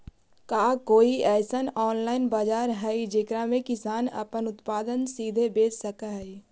का कोई अइसन ऑनलाइन बाजार हई जेकरा में किसान अपन उत्पादन सीधे बेच सक हई?